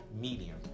medium